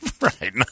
Right